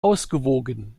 ausgewogen